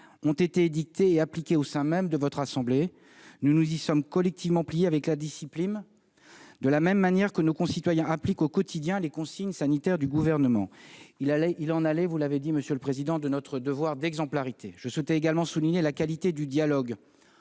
été édictées au sein même de votre assemblée. Nous nous y sommes collectivement pliés avec discipline, de la même manière que nos concitoyens appliquent au quotidien les consignes sanitaires du Gouvernement. Il en allait, vous l'avez dit, monsieur le président, de notre devoir d'exemplarité. Je souhaite également souligner la qualité du dialogue